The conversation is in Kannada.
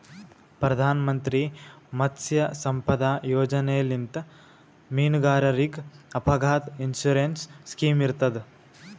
ಪ್ರಧಾನ್ ಮಂತ್ರಿ ಮತ್ಸ್ಯ ಸಂಪದಾ ಯೋಜನೆಲಿಂತ್ ಮೀನುಗಾರರಿಗ್ ಅಪಘಾತ್ ಇನ್ಸೂರೆನ್ಸ್ ಸ್ಕಿಮ್ ಇರ್ತದ್